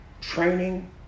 training